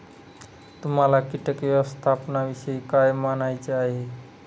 तुम्हाला किटक व्यवस्थापनाविषयी काय म्हणायचे आहे?